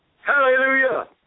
Hallelujah